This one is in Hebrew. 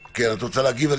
כן, את רוצה להגיב?